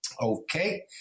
Okay